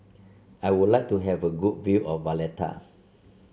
I would like to have a good view of Valletta